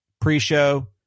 pre-show